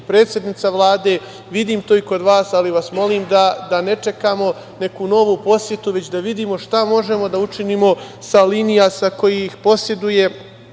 predsednica Vlade, vidim to i kod vas, ali vas molim da ne čekamo neku novu posetu, već da vidimo šta možemo da učinimo sa linija sa kojih poseduje